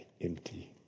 empty